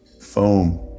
foam